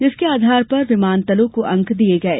जिसके आधार पर विमानतलों को अंक दिये गये